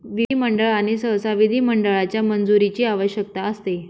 विधिमंडळ आणि सहसा विधिमंडळाच्या मंजुरीची आवश्यकता असते